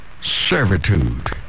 servitude